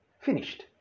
Finished